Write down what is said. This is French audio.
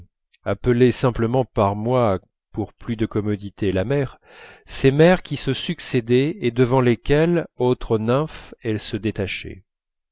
appelées simplement par moi pour plus de commodité la mer ces mers qui se succédaient et devant lesquelles autre nymphe elle se détachait